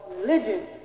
religion